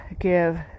give